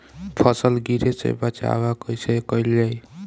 फसल गिरे से बचावा कैईसे कईल जाई?